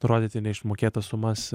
nurodyti neišmokėtas sumas